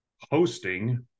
hosting